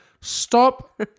Stop